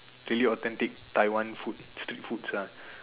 really authentic Taiwan food street foods ah